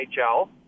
NHL